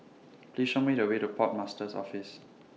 Please Show Me The Way to Port Master's Office